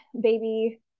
baby